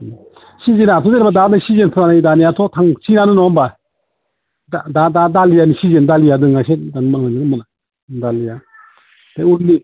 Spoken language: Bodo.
सिजोनाथ' जेनेबा दा बे सिजोनफ्रा दा नै दानियाथ' थांसैआनो नङा होनबा दा दालियानि सिजोन दालिया नांगौ दालिया थेवबो बे